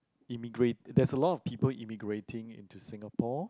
immigrate there's a lot of people immigrating into Singapore